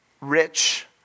rich